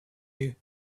you